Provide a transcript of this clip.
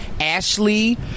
Ashley